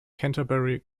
canterbury